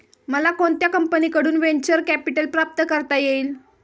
मला कोणत्या कंपनीकडून व्हेंचर कॅपिटल प्राप्त करता येईल?